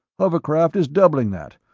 hovercraft is doubling that,